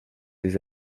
ces